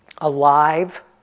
alive